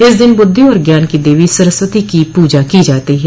इस दिन बुद्धि और ज्ञान की देवी सरस्वती की पूजा की जाती है